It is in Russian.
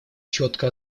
четко